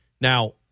Now